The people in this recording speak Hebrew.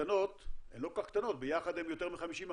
הקטנות, הן לא כל כך קטנות, ביחד הן יותר מ-50%.